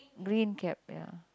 green cap ya